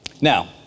Now